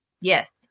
yes